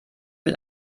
mit